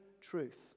truth